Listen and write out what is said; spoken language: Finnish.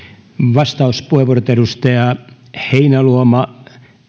vastauspuheenvuorot edustajille heinäluoma